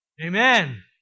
Amen